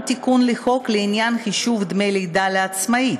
תיקון לחוק לעניין חישוב דמי לידה לעצמאית.